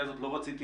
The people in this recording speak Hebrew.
לא רציתי,